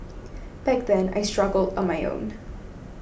back then I struggled on my own